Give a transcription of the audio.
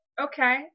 Okay